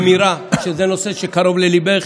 אמירה, שזה נושא שקרוב לליבך,